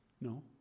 No